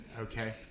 Okay